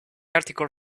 article